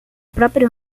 próprio